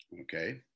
okay